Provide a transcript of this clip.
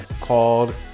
called